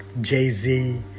Jay-Z